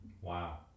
wow